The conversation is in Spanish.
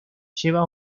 lleva